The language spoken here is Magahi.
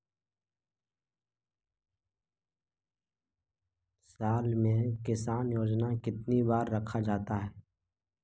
साल में किसान योजना कितनी बार रखा जाता है?